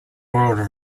world